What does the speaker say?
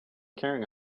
carrying